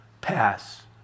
pass